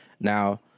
Now